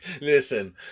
Listen